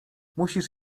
musisz